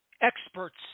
experts